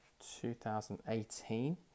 2018